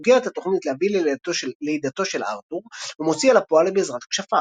הוגה את התוכנית להביא ללידתו של ארתור ומוציאה אל הפועל בעזרת כשפיו.